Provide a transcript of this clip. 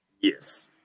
Yes